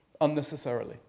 Unnecessarily